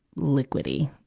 liquidy.